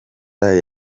yazanye